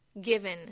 given